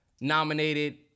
nominated